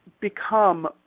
become